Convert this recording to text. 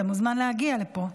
אתה מוזמן להגיע לפה.